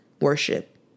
Worship